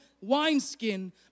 wineskin